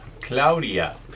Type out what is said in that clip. Claudia